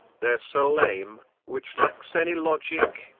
their sole aim, which lacks any logic,